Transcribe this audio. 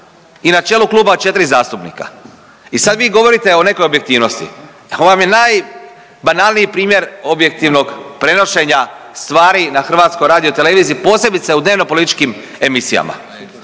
i na čelu kluba 4 zastupnika i sad vi govorite o nekoj objektivnosti. Ovo vam je najbanalniji primjer objektivnog prenošenja stvari na HRT-u, posebice u dnevnopolitičkim emisijama.